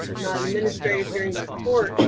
not an administrative hearing, but a court,